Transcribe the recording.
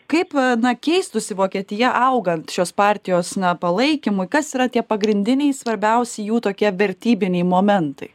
kaip a na keistųsi vokietija augant šios partijos na palaikymui kas yra tie pagrindiniai svarbiausi jų tokie vertybiniai momentai